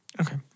Okay